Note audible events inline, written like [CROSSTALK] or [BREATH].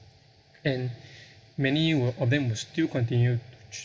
and [BREATH] many w~ of them will still continue to